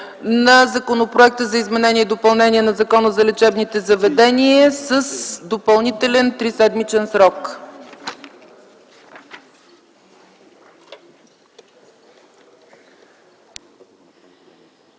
на Законопроекта за изменение и допълнение на Закона за лечебните заведения с допълнителен триседмичен срок.